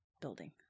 building